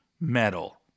metal